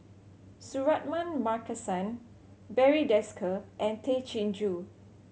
Suratman Markasan Barry Desker and Tay Chin Joo